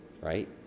right